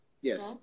Yes